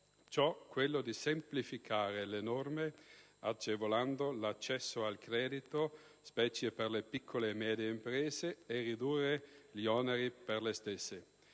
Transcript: dichiarato di semplificare le norme, agevolando l'accesso al credito, specialmente per le piccole e medie imprese, e riducendo gli oneri per le stesse.